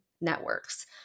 networks